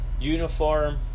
Uniform